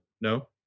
no